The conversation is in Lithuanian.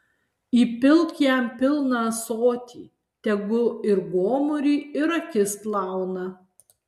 įpilk jam pilną ąsotį tegu ir gomurį ir akis plauna